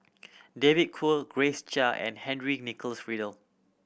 David Kwo Grace Chia and Henry Nicholas Ridley